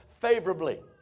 favorably